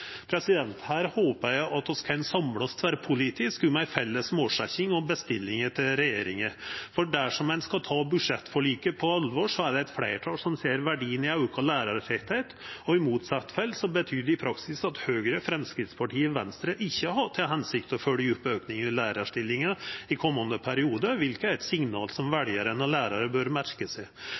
Her håpar eg at vi kan samla oss tverrpolitisk om ei felles målsetjing og bestilling til regjeringa, for dersom ein skal ta budsjettforliket på alvor, er det eit fleirtal som ser verdien i auka lærartettleik. Det motsette betyr i praksis at Høgre, Framstegspartiet og Venstre ikkje har til hensikt å følgja opp auken i lærarstillingar i komande periode, noko som er eit signal som veljarane og lærarane bør merka seg.